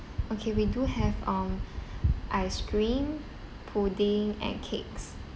okay we do have um ice cream pudding and cakes